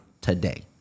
today